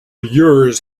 years